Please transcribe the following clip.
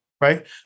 right